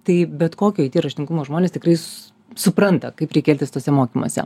tai bet kokio ai ty raštingumo žmonės tikrais supranta kaip reikia elgtis tuose mokymuose